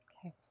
Okay